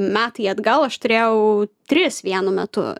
metai atgal aš turėjau tris vienu metu